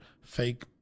fake